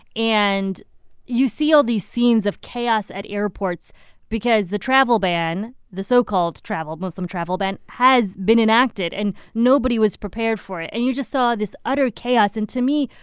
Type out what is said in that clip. and you see all these scenes of chaos at airports because the travel ban the so-called travel muslim travel ban has been enacted, and nobody was prepared for it. and you just saw this utter chaos and to me,